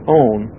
own